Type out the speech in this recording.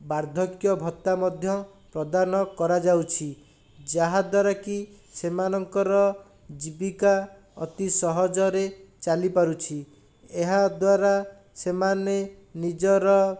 ବାର୍ଦ୍ଧକ୍ୟ ଭତ୍ତା ମଧ୍ୟ ପ୍ରଦାନ କରାଯାଉଛି ଯାହାଦ୍ୱାରା କି ସେମାନଙ୍କର ଜୀବିକା ଅତି ସହଜରେ ଚାଲିପାରୁଛି ଏହାଦ୍ଵାରା ସେମାନେ ନିଜର